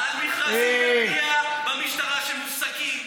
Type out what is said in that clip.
סיפרו לי על מכרזים ובנייה במשטרה שמופסקים.